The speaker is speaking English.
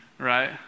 Right